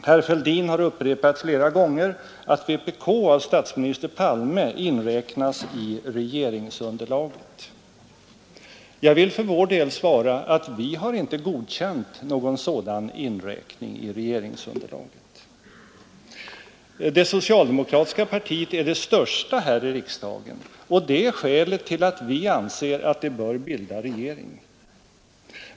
Herr Fälldin har upprepat flera gånger att vpk av statsminister Palme inräknas i regeringsunderlaget. Jag vill för vår del svara att vi inte har godkänt någon sådan inräkning i regeringsunderlaget. Det socialdemokratiska partiet är det största här i riksdagen, och det är skälet till att vi anser att det bör bilda regering.